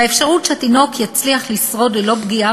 והאפשרות שהתינוק יצליח לשרוד ללא פגיעה